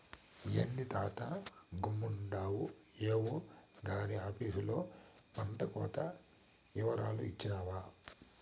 ఏంది తాతా గమ్మునుండావు ఏవో గారి ఆపీసులో పంటకోత ఇవరాలు ఇచ్చినావా